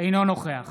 אינו נוכח